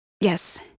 yes